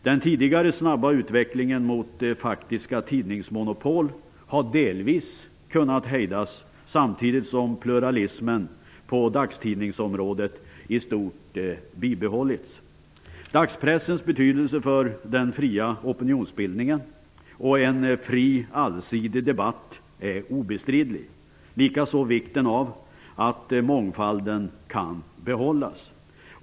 Den tidigare snabba utvecklingen mot faktiska tidningsmonopol har delvis kunnat hejdas, samtidigt som pluralismen på dagstidningsområdet i stort har kunnat bibehållas. Dagspressens betydelse för den fria opinionsbildningen och en fri allsidig debatt är obestridlig, likaså vikten av att mångfalden kan bevaras.